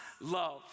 love